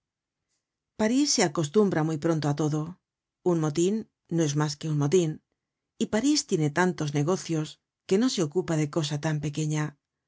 parís se acostumbra muy pronto á todoun motin no es mas que un motin y parís tiene tantos negocios que no se ocupa de cosa tan pequeña